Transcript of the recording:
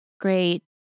great